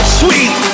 sweet